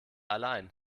allein